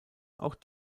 auch